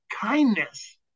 kindness